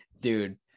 dude